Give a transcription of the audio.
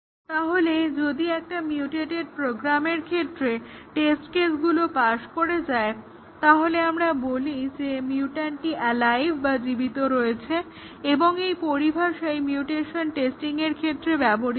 তাহলে যদি একটা মিউটেটেড প্রোগ্রামের ক্ষেত্রে টেস্ট কেসগুলো পাশ করে যায় তাহলে আমরা বলি যে মিউট্যান্টটি অ্যালাইভ বা জীবিত রয়েছে এবং এই পরিভাষাই মিউটেশন টেস্টিংয়ের ক্ষেত্রে ব্যবহৃত হয়